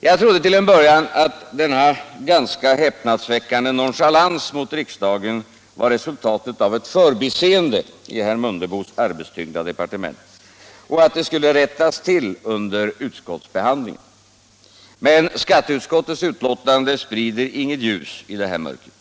Jag trodde till en början att denna ganska häpnadsväckande nonchalans mot riksdagen var resultatet av ett förbiseende i herr Mundebos arbets tyngda departement och att det skulle rättas till under utskottsbehandlingen. Men skatteutskottets betänkande sprider inget ljus i det här mörkret.